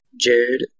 Jared